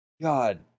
God